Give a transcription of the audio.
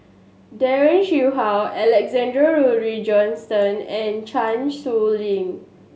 Daren Shiau Alexander Laurie Johnston and Chan Sow Lin